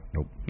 Nope